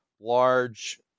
large